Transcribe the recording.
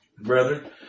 brethren